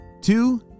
two